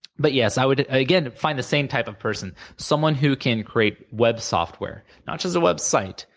but yes. i would, again, find the same type of person someone who can create web software, not just a website,